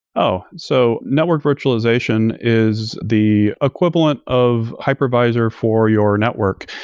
oh, so network virtualization is the equivalent of hypervisor for your network.